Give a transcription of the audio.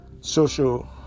social